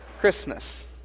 Christmas